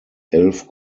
elf